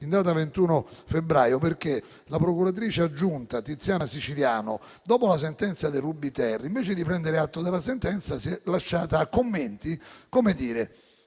in data 21 febbraio, perché la procuratrice aggiunta Tiziana Siciliano, dopo la sentenza del Ruby-*ter*, invece di prendere atto della sentenza, si è lasciata a commenti che io